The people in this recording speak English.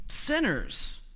sinners